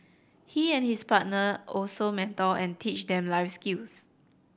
he and his partner also mentor and teach them life skills